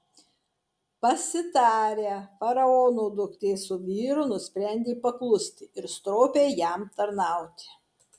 pasitarę faraono duktė su vyru nusprendė paklusti ir stropiai jam tarnauti